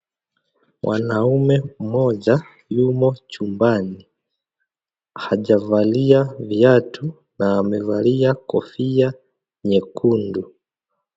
Mwanaume mmoja mumo chumbani hajavalia viatu na amevalia kofia nyekundu.